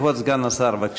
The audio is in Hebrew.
כבוד סגן השר, בבקשה.